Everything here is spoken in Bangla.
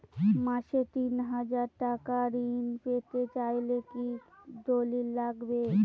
মাসে তিন হাজার টাকা ঋণ পেতে চাইলে কি দলিল লাগবে?